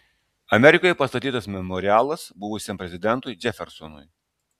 amerikoje pastatytas memorialas buvusiam prezidentui džefersonui